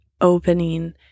opening